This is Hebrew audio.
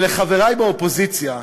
ולחברי באופוזיציה,